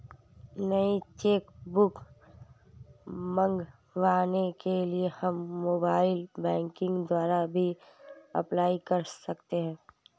नई cheque book मंगवाने के लिए हम मोबाइल बैंकिंग द्वारा भी अप्लाई कर सकते है